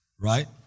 right